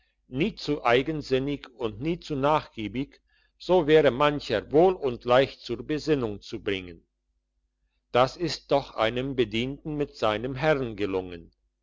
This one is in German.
nie zu eigensinnig und nie zu nachgiebig so wäre mancher wohl und leicht zur besinnung zu bringen das ist doch einem bedienten mit seinem herrn gelungen